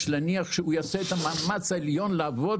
יש להניח שהוא יעשה את המאמץ העליון לעבוד